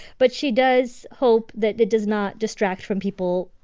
but she does hope that it does not distract from people,